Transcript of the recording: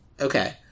Okay